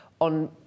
on